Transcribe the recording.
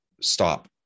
stop